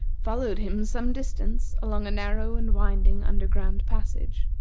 followed him some distance along a narrow and winding under-ground passage.